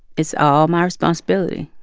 it's all my responsibility,